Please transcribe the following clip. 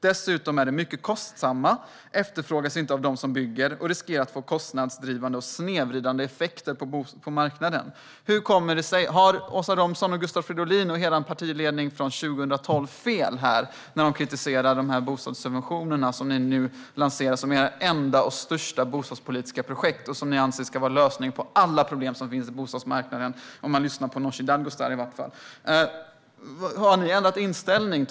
Dessutom är de mycket kostsamma, efterfrågas inte av dem som bygger och riskerar att få kostnadsdrivande och snedvridande effekter på marknaden." Har Åsa Romson och Gustav Fridolin och hela er partiledning från 2012 fel när de kritiserar bostadssubventionerna som ni nu lanserar som ert enda stora bostadspolitiska projekt? Ni anser ju att de är lösningen på alla problem som finns på bostadsmarknaden. Så låter det i vart fall om man lyssnar på Nooshi Dadgostar. Har ni ändrat inställning?